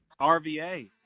RVA